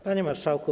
Panie Marszałku!